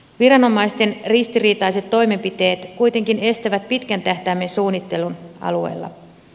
viranomaisten ristiriitaiset toimenpiteet kuitenkin estävät pitkän tähtäimen suunnittelun alueella